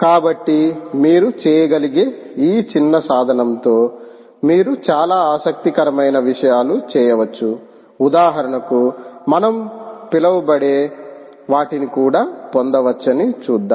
కాబట్టి మీరు చేయగలిగే ఈ చిన్న సాధనంతో మీరు చాలా ఆసక్తికరమైన విషయాలు చేయవచ్చు ఉదాహరణకు మనం పిలువబడే వాటిని కూడా పొందవచ్చని చూద్దాం